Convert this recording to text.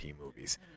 movies